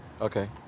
Okay